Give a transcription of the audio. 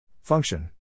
Function